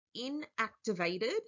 inactivated